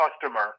customer